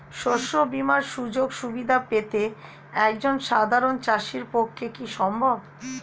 শস্য বীমার সুযোগ সুবিধা পেতে একজন সাধারন চাষির পক্ষে কি সম্ভব?